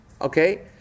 Okay